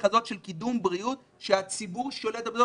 הזו של קידום בריאות שהציבור שולט במצבו.